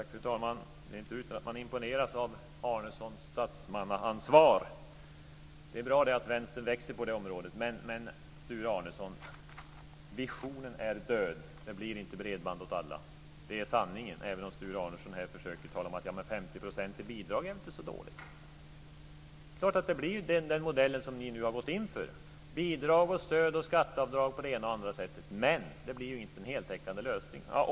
Fru talman! Det är inte utan att man imponeras av Arnessons statsmannaansvar. Det är bra att Vänstern växer på det området. Men visionen är död - det blir inte bredband åt alla. Det är sanningen, även om Sture Arnesson här talar om att 50 % i bidrag inte är så dåligt. Det blir den modell som ni nu har gått in för: bidrag, stöd och skatteavdrag på det ena och andra sättet. Men det blir inte en heltäckande lösning.